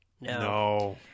No